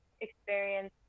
experience